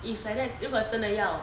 if like that 如果真的要